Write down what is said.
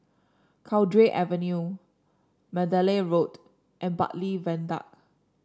Cowdray Avenue Mandalay Road and Bartley Viaduct